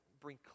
bring